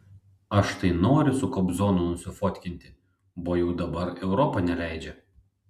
aš tai noriu su kobzonu nusifotkinti bo jau dabar europa neleidžia